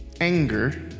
anger